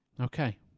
Okay